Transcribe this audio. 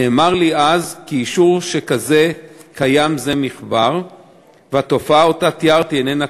נאמר לי אז כי אישור שכזה קיים זה מכבר והתופעה שתיארתי איננה קיימת.